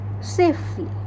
safely